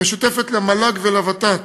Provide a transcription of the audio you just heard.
שמשותפת למל"ג ולוות"ת,